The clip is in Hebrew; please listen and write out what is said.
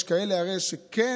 יש כאלה הרי שכן,